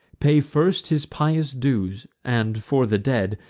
pay first his pious dues and, for the dead,